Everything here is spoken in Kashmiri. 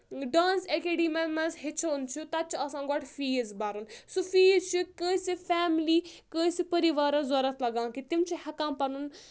ڈانٔس ایٚکیڈَمَن منٛز ہیٚچھُن چھُ تَتہِ چھُ آسان گۄڈٕ فیٖس بَرُن سُہ فیٖس چھُ کٲنٛسہِ فیملی کٲنٛسہِ پٔرِوارَس ضوٚرَتھ لگان کہِ تِم چھِ ہؠکان پَنُن